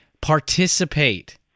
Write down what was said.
Participate